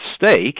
mistake